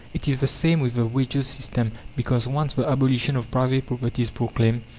it is the same with the wages' system because, once the abolition of private property is proclaimed,